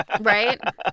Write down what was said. Right